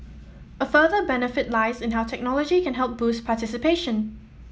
a further benefit lies in how technology can help boost participation